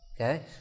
Okay